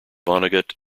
vonnegut